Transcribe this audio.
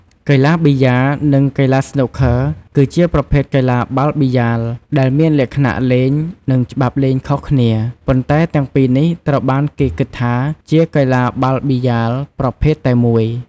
កីឡាប៊ីយ៉ា និង កីឡាស្នូកឃឺ គឺជាប្រភេទកីឡាបាល់ប៊ីយ៉ាល ដែលមានលក្ខណៈលេង និងច្បាប់លេងខុសគ្នា ប៉ុន្តែទាំងពីរនេះត្រូវបានគេគិតថាជាកីឡាបាល់ប៊ីយ៉ាលប្រភេទតែមួយ។